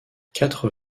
quatre